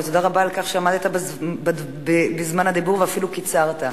ותודה רבה על כך שעמדת בזמן הדיבור ואפילו קיצרת.